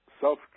self